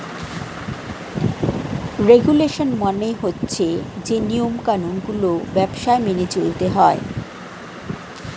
regulation মানে হচ্ছে যে নিয়ম কানুন গুলো ব্যবসায় মেনে চলতে হয়